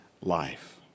life